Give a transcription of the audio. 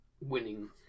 winning